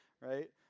right